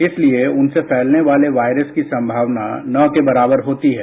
इसलिए उनसे फैलने वाले वायरस की संमावना न के बराबर होती है